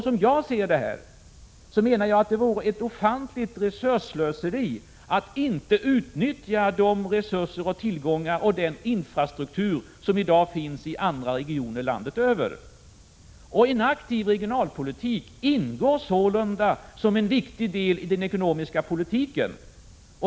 Som jag ser det vore det ett ofantligt resursslöseri att inte utnyttja de resurser, tillgångar och infrastrukturer som i dag finns i regioner över hela landet. En aktiv regionalpolitik ingår sålunda som en viktig del i den ekonomiska politiken.